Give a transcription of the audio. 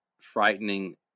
frightening